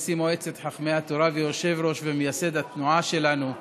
נשיא מועצת חכמי התורה ויושב-ראש ומייסד התנועה שלנו,